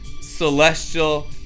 celestial